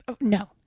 No